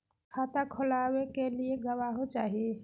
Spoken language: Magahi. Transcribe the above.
खाता खोलाबे के लिए गवाहों चाही?